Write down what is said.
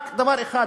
רק דבר אחד,